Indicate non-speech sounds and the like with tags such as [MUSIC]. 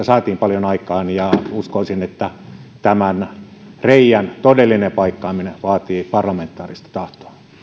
[UNINTELLIGIBLE] saatiin paljon aikaan ja uskoisin että tämän reiän todellinen paikkaaminen vaatii parlamentaarista